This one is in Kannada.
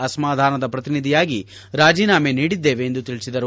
ಅಸಮಾಧಾನದ ಪ್ರತಿನಿಧಿಯಾಗಿ ರಾಜೀನಾಮೆ ನೀಡಿದ್ದೇವೆ ಎಂದು ತಿಳಿಸಿದರು